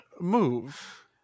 move